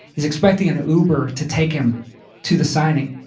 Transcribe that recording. he's expecting an uber to take him to the signing.